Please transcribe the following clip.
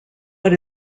but